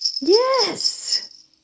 yes